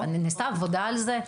נעשתה עבודה על זה?